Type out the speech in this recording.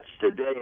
today